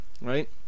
right